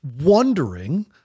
wondering